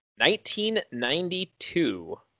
1992